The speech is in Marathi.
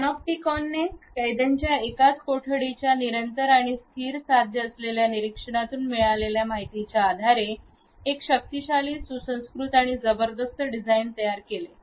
पॅनोप्टिकॉनने कैद्यांच्या एकाच कोठडीच्या निरंतरआणि स्थिर साध्य झालेल्या निरिक्षणातून मिळालेल्या माहितीच्या आधारे एक शक्तिशाली सुसंस्कृत आणि जबरदस्त डिझाईन तयार केले